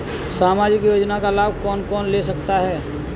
सामाजिक योजना का लाभ कौन कौन ले सकता है?